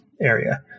area